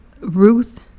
Ruth